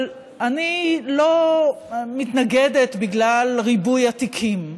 אבל אני לא מתנגדת בגלל ריבוי התיקים.